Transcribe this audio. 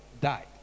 Died